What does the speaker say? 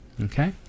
Okay